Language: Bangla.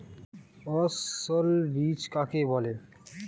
অসস্যল বীজ কাকে বলে?